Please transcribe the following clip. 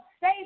say